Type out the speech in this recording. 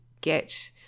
get